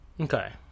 Okay